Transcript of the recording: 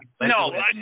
No